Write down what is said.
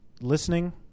listening